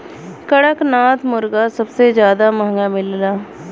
कड़कनाथ मुरगा सबसे जादा महंगा मिलला